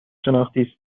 شناختی